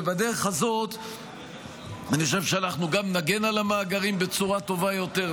ובדרך הזאת אני חושב שאנחנו גם נגן על המאגרים בצורה טובה יותר,